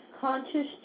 Conscious